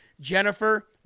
Jennifer